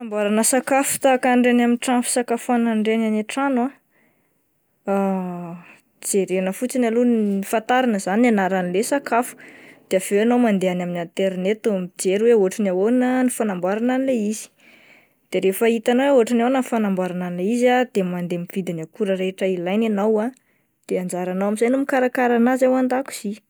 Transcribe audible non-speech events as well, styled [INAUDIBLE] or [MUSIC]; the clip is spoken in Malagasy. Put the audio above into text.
Fanamboarana sakafo tahaka ny any amin'ireny trano fisakafoanana ireny any an-trano ah, [HESITATION] jerena fotsiny aloha ny, fantarina izany ny anaran'ilay sakafo de avy eo ianao mandeha any amin'ny aterineto mijery hoe ohatry ny ahoana ny fanamboarana an'ilay izy de rehefa hitanao hoe ohatry ny ahoana ny fanamboarana an'ilay izy ah de mandeha mividy ny akora rehetra ilaina ianao ah de anjaranao amin'izay no mikarakara anazy ao an-dakozia.